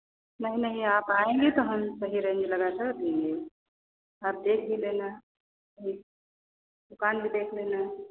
नहीं नहीं आप आएंगे तो हम यहीं रहेंगे आप देख भी लेना दुकान भी देख लेना